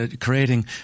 creating